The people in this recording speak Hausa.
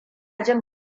jin